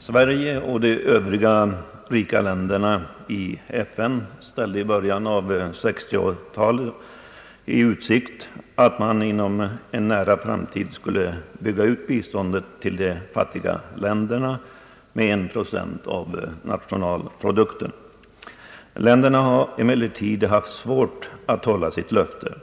Sverige och de övriga rika länderna i FN ställde i början av 1960-talet i utsikt att man inom en nära framtid skulle bygga ut biståndet till de fattiga länderna till 1 procent av nationalprodukten. Länderna har emellertid haft svårt att hålla sitt löfte.